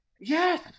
Yes